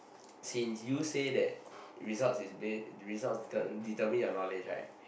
since you say that result is based result deter~ determine your knowledge right